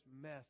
mess